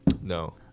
no